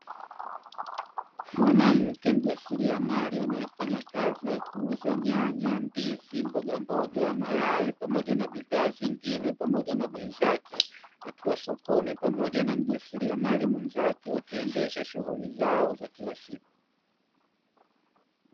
Mwanamke mjasiriamali anayefanya kazi ya kuuza nyanya, ndizi, mbogamboga, mayai, pamoja na bidhaa zingine pamoja na bei zake akiwa sokoni pamoja na mjasiriamali mwenzake wakiendesha shughuli zao za kila siku.